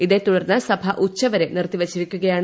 ഇതേ തുടർന്ന് സഭ ഉച്ചവരെ നിർത്തിവച്ചിരിക്കുകയാണ്